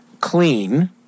clean